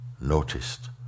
noticed